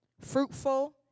fruitful